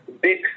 big